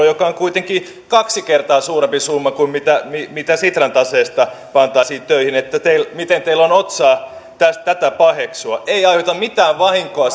joka on kuitenkin kaksi kertaa suurempi summa kuin mitä mitä sitran taseesta pantaisiin töihin joten miten teillä on otsaa tätä paheksua ei aiheuta mitään vahinkoa